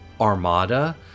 Armada